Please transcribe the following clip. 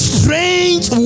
Strange